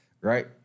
Right